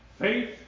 faith